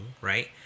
right